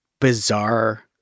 bizarre